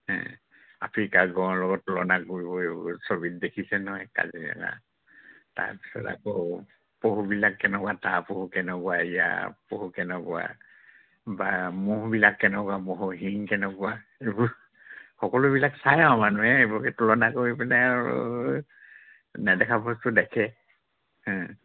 হে আফ্ৰিকা গঁড়ৰ লগত তুলনা কৰিব এইবোৰ ছবিত দেখিছে নহয় কাজিৰঙা তাৰপিছত আকৌ পহুবিলাক কেনেকুৱা তাৰ পহু কেনেকুৱা ইয়াৰ পহু কেনেকুৱা বা ম'হবিলাক কেনেকুৱা মহ'ৰ শিং কেনেকুৱা এইবোৰ সকলোবিলাক চাই আৰু মানুহে এইবোৰকে তুলনা কৰি পিনে আৰু নেদেখা বস্তু দেখে হে